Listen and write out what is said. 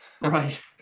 Right